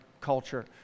culture